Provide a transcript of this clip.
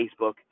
Facebook